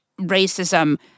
racism